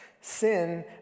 sin